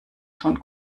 schon